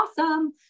awesome